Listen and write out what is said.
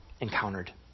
encountered